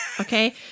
okay